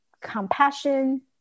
compassion